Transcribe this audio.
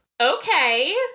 Okay